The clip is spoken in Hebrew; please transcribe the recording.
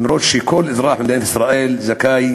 אף-על-פי שכל אזרח במדינת ישראל זכאי